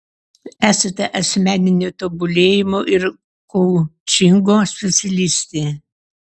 esate asmeninio tobulėjimo ir koučingo specialistė